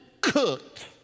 cooked